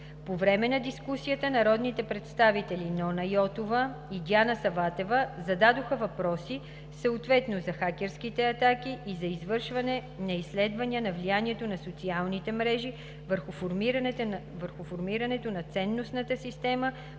По време на дискусията народните представители Нона Йотова и Диана Саватева зададоха въпроси, съответно за хакерските атаки и за извършване на изследвания на влиянието на социалните мрежи върху формирането на ценностната система,